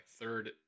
third